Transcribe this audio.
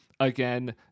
again